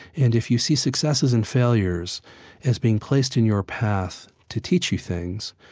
and if you see successes and failures as being placed in your path to teach you things,